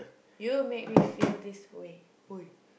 you make me feel this way !oi!